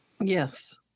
Yes